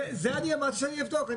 את זה אני אמרתי שאני אבדוק.